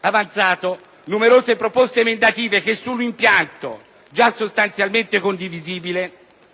avanzato numerose proposte emendative che, su un impianto già sostanzialmente condivisibile,